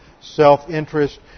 self-interest